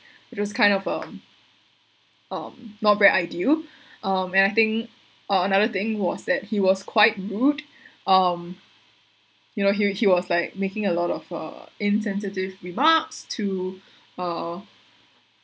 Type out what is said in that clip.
it just kind of um um not very ideal um and I think uh another thing was that he was quite rude um you know he he was like making a lot of uh insensitive remarks to uh